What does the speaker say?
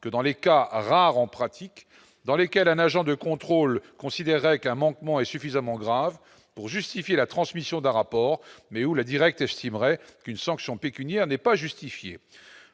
que dans les cas rare en pratique dans lesquels un agent de contrôle considérait qu'un manquement est suffisamment grave pour justifier la transmission d'un rapport, mais où la Direct et estimerait qu'une sanction pécuniaire n'est pas justifiée